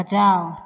बचाओ